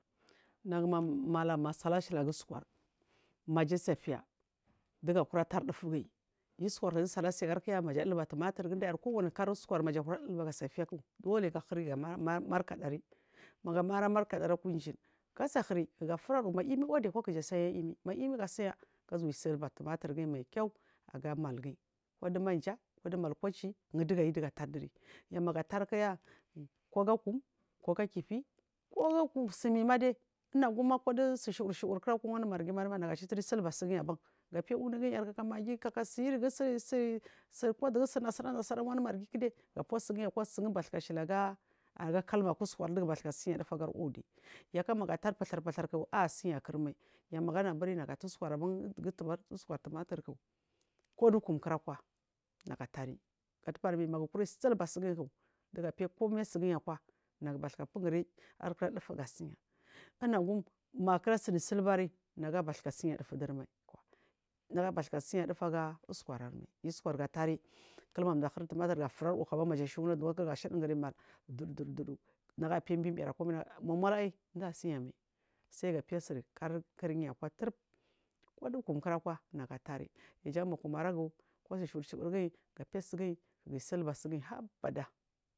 Nagu’mam mala masal asi aga uskur majasai faiya dugakura tar dufugiyi uskurk disalase garik ya maja dilbar tumatur gumda ary kuwani kari uskur majakura diba maja faiy dule gahiri gamai lamarkadari magamaila markadari aku inyi kiga fura uu ma imi odi akwa kiga saya imi imiga saya gazu wa silba tumatur giyi maikyau aga malgiyi kudu mamja mal koci indgayu digu tardiri yamaga tara ya koga kum koga kifi koya kusumaimadai inaguma kud su shu ur shu ur kira kwa wanu margi madai naga citu silba sigiyi, aban gafaiya unugi kaka margikaka irigu susu kudugu sur nasara nasara wanu margi gafusigiyi akwa sun basu ka aga kuma digubasuk siya dufu udi yakar maga tar buzub uzuku asiya kirmai maganuburnaga tar uskur ban dugu usku. Tumaturk kudu kum kira kwa naga tari gadabar maga kura silva sigyik dugafaiya kumai sigiyi aku a nagu basukafun giri arkira dufu ga siya unagum makira sin sibari, nagabasu kasiya dufu agarimai nagabasu ka siya dufu aga uskaramai uskur ku atari kilmadafur tumatur gafur ar uu hawa maja shuri duwa kigashan giyiyi maldut dut dudu na faiy binary akwamai mutmulaiy jasiyamai sagafaiy sirkariyi akwa turub kodu kum kira kwa naga tari jau ma kum aragu kusur shu’ur shu’urgiyi ga silba asigiyi habbada.